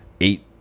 eight